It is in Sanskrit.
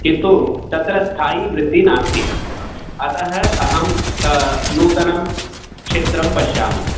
किन्तु तत्र स्थायी वृत्तिः नास्ति अतः अहं नूतनं क्षेत्रं पश्यामि